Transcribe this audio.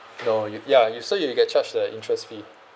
no you ya you so you get charge the interest fee